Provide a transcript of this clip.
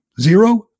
zero